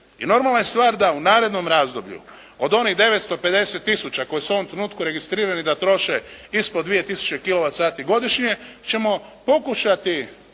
i normalna je stvar da u narednom razdoblju od onih 950 tisuća koji su u ovom trenutku registrirani da troše ispod 2000 kilovat sati godišnje ćemo pokušati